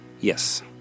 Yes